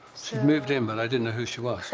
she moved in but i didn't know who she was.